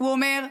הוא אומר,